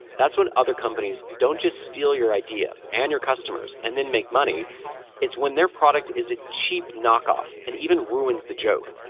that's when other companies don't just steal your idea and your customers and then make money it's when their product is a cheap knockoff and even ruins the joke.